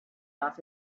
off